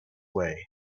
way